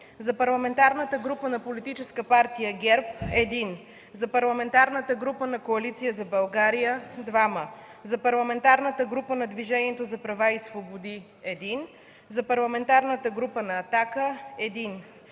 за Парламентарната група на Политическа партия ГЕРБ – един; - за Парламентарната група на Коалиция за България – двама; - за Парламентарната група на Движението за права и свободи – един; - за Парламентарната група на Партия